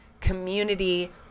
community